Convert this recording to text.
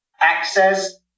access